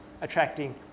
attracting